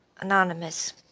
Anonymous